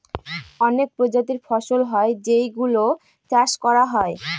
অনেক প্রজাতির ফসল হয় যেই গুলো চাষ করা হয়